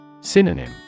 Synonym